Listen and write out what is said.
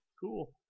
cool